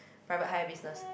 private hire business